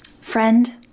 Friend